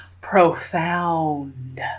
Profound